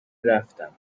رفتم